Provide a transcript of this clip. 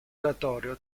oratorio